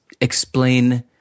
explain